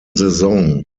saison